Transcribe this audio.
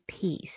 peace